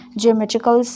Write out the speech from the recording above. geometrical